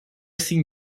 seen